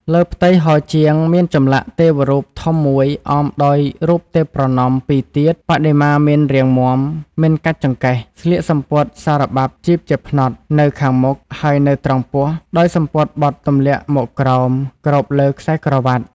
លើផ្ទៃហោជាង មានចម្លាក់ទេវរូបធំមួយអមដោយរូបទេពប្រណម្យពីរទៀត បដិមាមានរាងមាំ មិនកាច់ចង្កេះ ស្លៀកសំពត់សារបាប់ជីបជាផ្នត់ នៅខាងមុខ ហើយនៅត្រង់ពោះ ជាយសំពត់បត់ទម្លាក់មកក្រោម គ្របលើ ខ្សែក្រវាត់។។